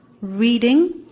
reading